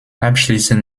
abschließend